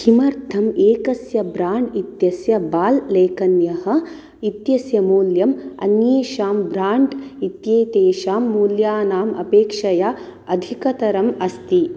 किमर्थम् एकस्य ब्राण्ड् इत्यस्य बाल् लेखन्यः इत्यस्य मूल्यम् अन्येषां ब्राण्ड् इत्येतेषां मूल्यानाम् अपेक्षया अधिकतरम् अस्ति